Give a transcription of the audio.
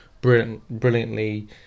brilliantly